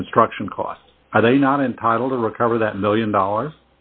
in construction costs are they not entitled to recover that one million dollars